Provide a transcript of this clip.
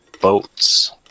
boats